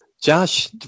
Josh